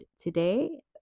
today